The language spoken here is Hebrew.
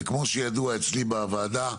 וכמו שידוע אצלי בוועדה,